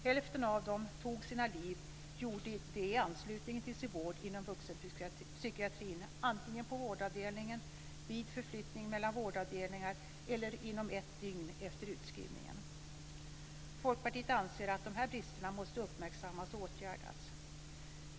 Hälften av dem som tog sina liv gjorde det i anslutning till sin vård inom vuxenpsykiatrin, på vårdavdelningen, vid förflyttning mellan vårdavdelningar eller inom ett dygn efter utskrivningen. Folkpartiet anser att dessa brister måste uppmärksammas och åtgärdas.